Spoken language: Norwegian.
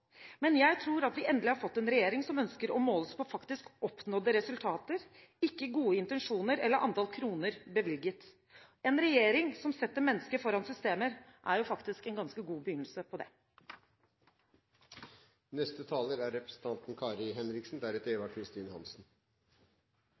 Men jeg tror at vi endelig har fått en regjering som ønsker å måles på faktisk oppnådde resultater, ikke på gode intensjoner eller på antall kroner bevilget. En regjering som setter mennesket foran systemer, er jo en ganske god begynnelse på